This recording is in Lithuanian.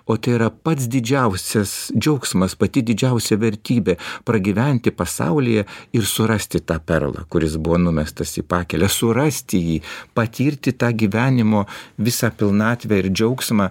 o tai yra pats didžiausias džiaugsmas pati didžiausia vertybė pragyventi pasaulyje ir surasti tą perlą kuris buvo numestas į pakelę surasti jį patirti tą gyvenimo visą pilnatvę ir džiaugsmą